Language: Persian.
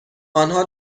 آنها